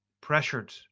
pressured